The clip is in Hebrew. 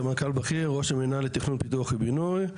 סמנכ"ל בכיר בראש המינהל לתכנון פיתוח ובינוי.